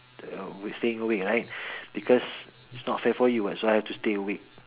with staying awake right because it's not fair for you [what] so I have to stay awake